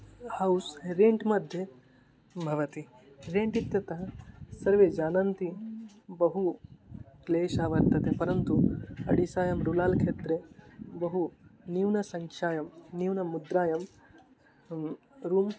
house rent मध्ये भवति rent इत्यतः सर्वे जानन्ति बहु क्लेशः वर्तते परन्तु ओडिशायां रुलाल् क्षेत्रे बहु न्यूनसङ्ख्यायां न्यूनमुद्रायां रूम्